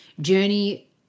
journey